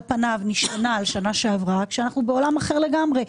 פניו נשענה על שנה שעברה כשאנחנו בעולם אחר לגמרי,